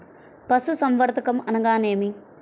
పశుసంవర్ధకం అనగా ఏమి?